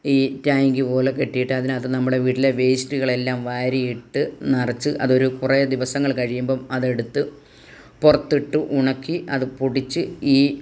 ഈ ടാങ്ക് പോലെ കെട്ടീട്ട് അതിനകത്ത് നമ്മളെ വീട്ടിലെ വേസ്റ്റുകളെല്ലാം വാരിയിട്ട് നിറച്ച് അതൊരു കുറെ ദിവസങ്ങൾ കഴിയുമ്പോൾ അതെടുത്ത് പുറത്തിട്ടു ഉണക്കി അത് പൊടിച്ച് ഈ